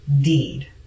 deed